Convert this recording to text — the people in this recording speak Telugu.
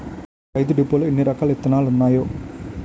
రైతు డిపోలో ఎన్నిరకాల ఇత్తనాలున్నాయో